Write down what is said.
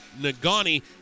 Nagani